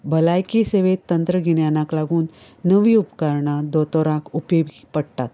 भलायकी सेवेत तंत्रगिन्यानाक लागून नवी उपकरणां दोतोरांक उपेगी पडटात